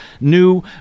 new